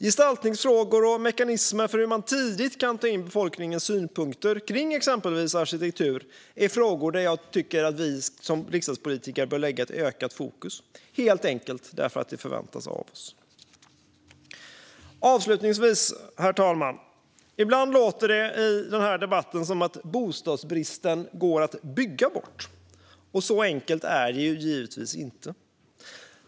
Gestaltningsfrågor och mekanismer för hur man tidigt kan ta in befolkningens synpunkter om exempelvis arkitektur är sådant som jag tycker att vi som riksdagspolitiker bör lägga ett ökat fokus på, helt enkelt för att det förväntas av oss. Avslutningsvis, herr talman: Ibland låter det i debatten som att bostadsbristen går att bygga bort. Så enkelt är det givetvis inte.